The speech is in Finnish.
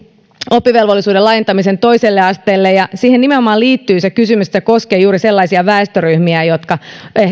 oppivelvollisuuden laajentamisen toiselle asteelle ja siihen nimenomaan liittyy kysymys joka koskee juuri sellaisia väestöryhmiä jotka